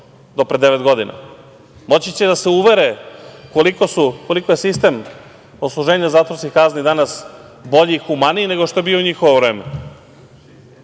do pre devet godina. Moći će da se uvere koliko je sistem odsluženja zatvorskih kazni danas bolji i humaniji, nego što je bio u njihovo vreme